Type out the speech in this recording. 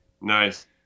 Nice